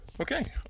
Okay